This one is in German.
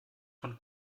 von